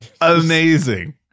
amazing